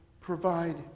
provide